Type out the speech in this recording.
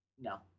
No